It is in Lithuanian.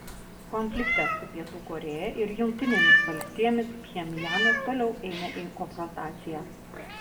konflikte su pietų korėja ir jungtinėmis valstijomis pchenjanas toliau eina į konfrontaciją